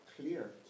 clear